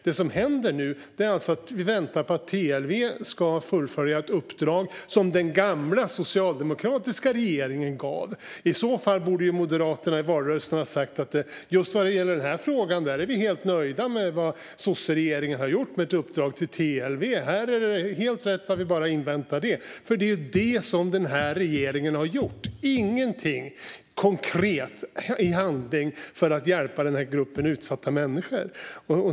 Det som händer nu är att vi väntar på att TLV ska fullfölja ett uppdrag som den gamla socialdemokratiska regeringen gav. I så fall borde ju Moderaterna i valrörelsen ha sagt: Just när det gäller den här frågan är vi helt nöjda med vad sosseregeringen har gjort. De har gett ett uppdrag till TLV, och vi inväntar det. Det är ju det som den här regeringen har gjort. Det finns ingenting konkret i handling för att hjälpa den här gruppen utsatta människor.